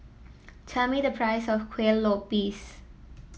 tell me the price of Kuih Lopes